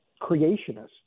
creationists